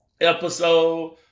episode